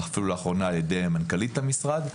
ואפילו לאחרונה על ידי מנכ"לית המשרד.